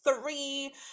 three